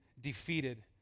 defeated